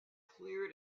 clear